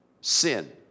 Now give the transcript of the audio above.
sin